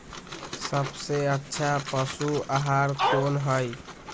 सबसे अच्छा पशु आहार कोन हई?